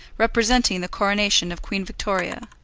representing the coronation of queen victoria.